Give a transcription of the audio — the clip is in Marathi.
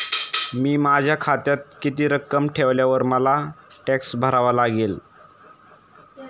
मी माझ्या खात्यात किती रक्कम ठेवल्यावर मला टॅक्स भरावा लागेल?